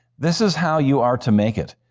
this is how you are to make it,